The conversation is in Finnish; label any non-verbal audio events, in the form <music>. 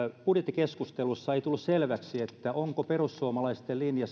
budjettikeskustelussa ei tullut selväksi onko perussuomalaisten linja <unintelligible>